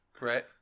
Right